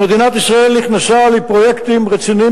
שמדינת ישראל נכנסה לפרויקטים רציניים